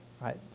right